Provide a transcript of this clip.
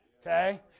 Okay